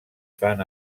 fan